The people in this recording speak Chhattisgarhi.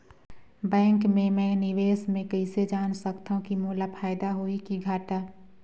बैंक मे मैं निवेश मे कइसे जान सकथव कि मोला फायदा होही कि घाटा?